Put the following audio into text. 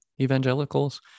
evangelicals